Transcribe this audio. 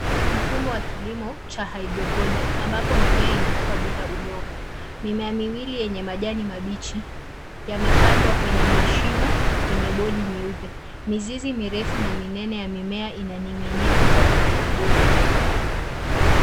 Mfumo wa kilimo cha hydroponic ,ambapo mimea inakua bila udongo. Mimea miwili yenye majani mabichi yamepandwa kwenye mashimo kwenye bodi nyeupe. Mizizi mirefu na minene ya mimea inaning'inia kutoka kwenye bodi.